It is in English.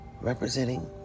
representing